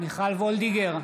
וולדיגר,